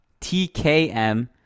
TKM